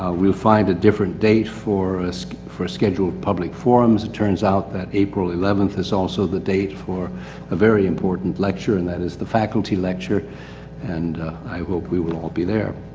ah we'll find different day for a, for a scheduled public forum as it turns out that april eleventh is also the date for a very important lecture. and that is the faculty lecture and i hope we will all be there.